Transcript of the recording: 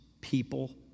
people